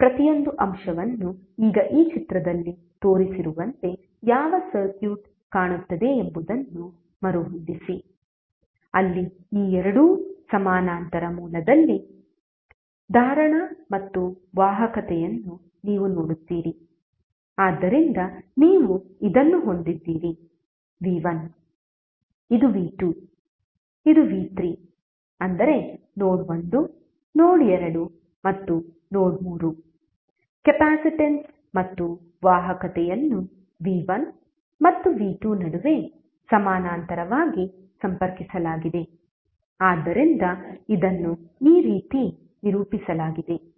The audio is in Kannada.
ಪ್ರತಿಯೊಂದು ಅಂಶವನ್ನು ಈಗ ಈ ಚಿತ್ರದಲ್ಲಿ ತೋರಿಸಿರುವಂತೆ ಯಾವ ಸರ್ಕ್ಯೂಟ್ ಕಾಣುತ್ತದೆ ಎಂಬುದನ್ನು ಮರುಹೊಂದಿಸಿ ಅಲ್ಲಿ ಈ ಎರಡು ಸಮಾನಾಂತರ ಮೂಲದಲ್ಲಿ ಧಾರಣ ಮತ್ತು ವಾಹಕತೆಯನ್ನು ನೀವು ನೋಡುತ್ತೀರಿ ಆದ್ದರಿಂದ ನೀವು ಇದನ್ನು ಹೊಂದಿದ್ದೀರಿ v1 ಇದು v2 ಇದು v3 ಅಂದರೆ ನೋಡ್ 1 ನೋಡ್ 2 ಮತ್ತು ನೋಡ್ 3 ಕೆಪಾಸಿಟನ್ಸ್ ಮತ್ತು ವಾಹಕತೆಯನ್ನು v1 ಮತ್ತು v2 ನಡುವೆ ಸಮಾನಾಂತರವಾಗಿ ಸಂಪರ್ಕಿಸಲಾಗಿದೆ ಆದ್ದರಿಂದ ಇದನ್ನು ಈ ರೀತಿ ನಿರೂಪಿಸಲಾಗಿದೆ